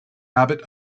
abbot